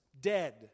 dead